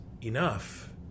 enough